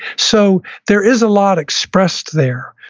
so there is a lot expressed there.